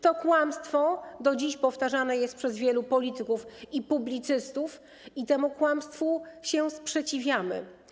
To kłamstwo do dziś powtarzane jest przez wielu polityków i publicystów i temu kłamstwu się sprzeciwiamy.